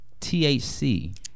THC